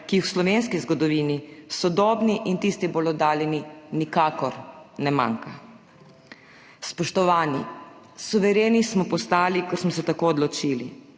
ki jih v slovenski zgodovini, sodobni in tisti bolj oddaljeni, nikakor ne manjka. Spoštovani! Suvereni smo postali, ker smo se tako odločili.